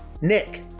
Nick